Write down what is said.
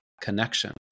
connection